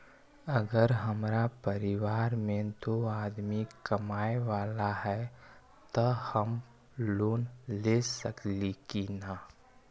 अगर हमरा परिवार में दो आदमी कमाये वाला है त हम लोन ले सकेली की न?